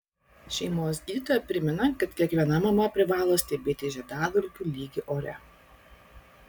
šeimos gydytoja primena kad kiekviena mama privalo stebėti žiedadulkių lygį ore